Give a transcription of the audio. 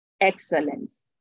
excellence